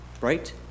Right